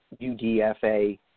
UDFA